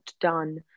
done